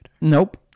Nope